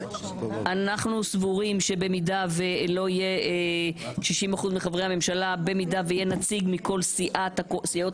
אנחנו סבורים שבמידה שלא יהיה 60% במידה שיהיה נציג מכל סיעה מסיעות